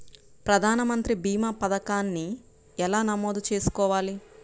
ప్రధాన మంత్రి భీమా పతకాన్ని ఎలా నమోదు చేసుకోవాలి?